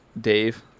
Dave